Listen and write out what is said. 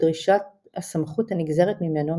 ודרישת הסמכות הנגזרת ממנו,